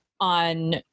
on